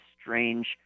strange